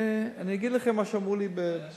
ואני אגיד לכם מה שאמרו לי "בבילינסון".